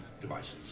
devices